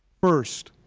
first,